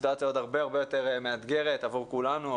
הסיטואציה הרבה יותר מאתגרת עבור כולנו,